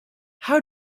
how